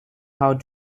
how